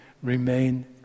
Remain